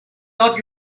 got